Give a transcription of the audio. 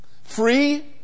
Free